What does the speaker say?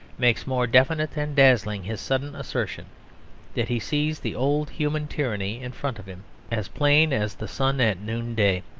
makes more definite and dazzling his sudden assertion that he sees the old human tyranny in front of him as plain as the sun at noon-day.